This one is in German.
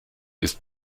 ist